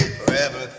forever